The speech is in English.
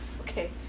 Okay